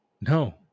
no